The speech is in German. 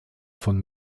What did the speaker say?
von